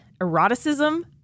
eroticism